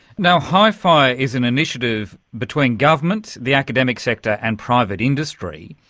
now, hifire is an initiative between governments, the academic sector and private industry.